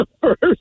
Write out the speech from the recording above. first